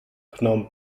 phnom